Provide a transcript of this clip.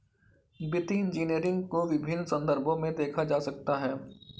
वित्तीय इंजीनियरिंग को विभिन्न संदर्भों में देखा जा सकता है